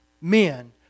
Men